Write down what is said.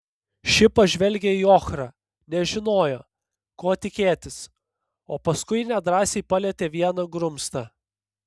ši pažvelgė į ochrą nežinojo ko tikėtis o paskui nedrąsiai palietė vieną grumstą